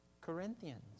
Corinthians